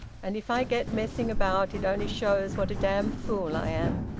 and if i get messing about, it only shows what a damned fool i am!